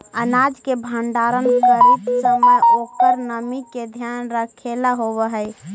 अनाज के भण्डारण करीत समय ओकर नमी के ध्यान रखेला होवऽ हई